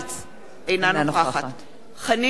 אינה נוכחת חנין זועבי,